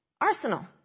arsenal